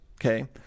okay